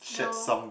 no